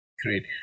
Great